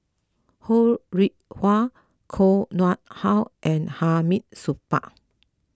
Ho Rih Hwa Koh Nguang How and Hamid Supaat